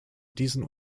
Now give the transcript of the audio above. diesen